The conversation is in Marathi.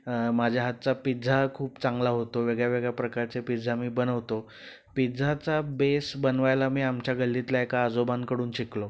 माझ्या हातचा पिझ्झा खूप चांगला होतो वेगळ्या वेगळ्या प्रकारचे पिझ्झा मी बनवतो पिझ्झाचा बेस बनवायला मी आमच्या गल्लीतल्या एका आजोबांकडून शिकलो